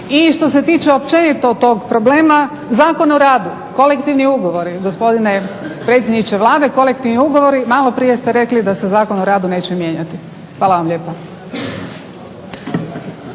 I što se tiče općenito tog problema Zakon o radu, kolektivni ugovori gospodine predsjedniče Vlade kolektivni ugovori malo prije ste rekli da se Zakon o radu neće mijenjati. Hvala vam lijepa.